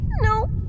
No